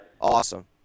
Awesome